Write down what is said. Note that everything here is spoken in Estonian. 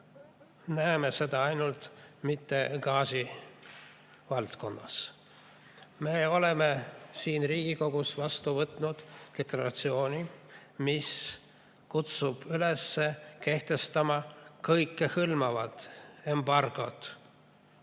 näeme seda mitte ainult gaasivaldkonnas. Me oleme siin Riigikogus vastu võtnud deklaratsiooni, mis kutsub üles kehtestama kõikehõlmavat embargot.